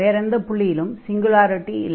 வேறெந்த புள்ளியிலும் சிங்குலாரிடி இல்லை